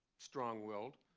strong-willed,